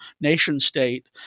nation-state